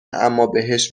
امابهش